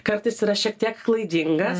kartais yra šiek tiek klaidingas